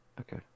Okay